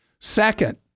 Second